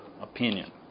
opinion